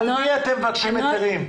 על מי אתם מבקשים היתרים?